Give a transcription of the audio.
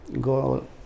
go